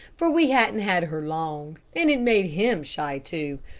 for we hadn't had her long, and it made him shy too,